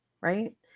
right